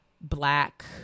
black